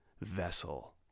vessel